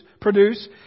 produce